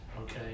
okay